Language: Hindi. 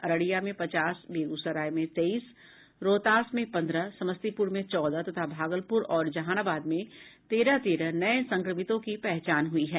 अररिया में पचास बेगूसराय में तेईस रोहतास में पन्द्रह समस्तीपुर में चौदह तथा भागलपुर और जहानाबाद में तेरह तेरह नये संक्रमितों की पहचान हुई है